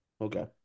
Okay